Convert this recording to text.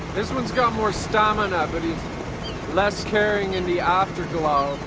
this one's got more stamina but he's less caring in the afterglow.